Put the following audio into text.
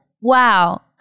wow